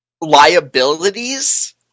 liabilities